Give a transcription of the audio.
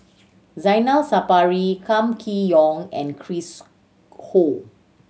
Zainal Sapari Kam Kee Yong and Chris Ho